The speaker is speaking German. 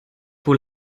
wohl